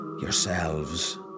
yourselves